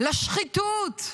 לשחיתות,